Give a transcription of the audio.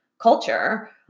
culture